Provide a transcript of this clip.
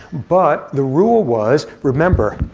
but the rule was remember,